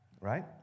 Right